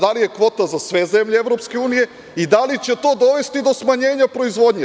Da li je kvota za sve zemlje EU i da li će to dovesti do smanjenja proizvodnje?